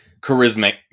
charismatic